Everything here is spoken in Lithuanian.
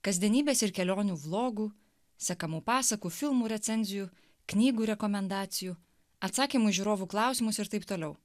kasdienybės ir kelionių vlogų sekamų pasakų filmų recenzijų knygų rekomendacijų atsakymų į žiūrovų klausimus ir taip toliau